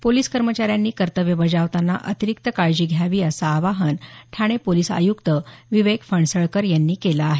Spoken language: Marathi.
पोलिस कर्मचाऱ्यांनी कर्तव्य बजावताना अतिरिक्त काळजी घ्यावी असं आवाहन ठाणे पोलीस आयुक्त विवेक फणसळकर यांनी केलं आहे